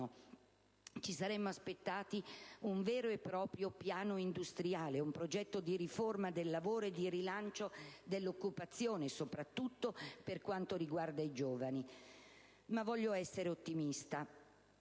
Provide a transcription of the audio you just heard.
Ci saremmo aspettati un vero e proprio «piano industriale», un progetto di riforma del lavoro e di rilancio dell'occupazione soprattutto per quanto riguarda i giovani. Ma voglio essere ottimista